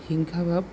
হিংসা ভাব